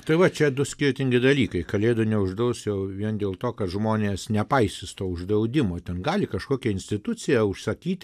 tai va čia du skirtingi dalykai kalėdų neuždaus jau vien dėl to kad žmonės nepaisys to uždraudimo ten gali kažkokia institucija užsakyti